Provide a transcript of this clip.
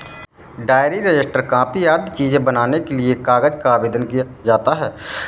diary, register, copy आदि चीजें बनाने के लिए कागज का आवेदन किया जाता है